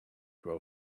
grow